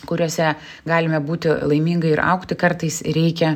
kuriuose galime būti laimingai ir augti kartais reikia